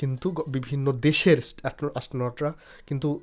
কিন্তু গ বিভিন্ন দেশের স্ট অ্যাটনো অ্যাস্ট্রনটরা কিন্তু